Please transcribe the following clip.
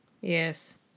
Yes